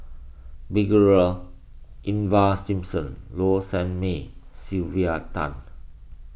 Ivan Simson Low Sanmay Sylvia Tan